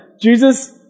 Jesus